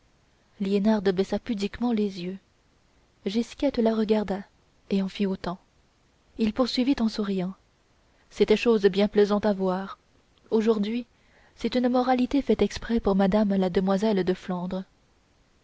liénarde baissa pudiquement les yeux gisquette la regarda et en fit autant il poursuivit en souriant c'était chose bien plaisante à voir aujourd'hui c'est une moralité faite exprès pour madame la demoiselle de flandre